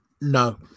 No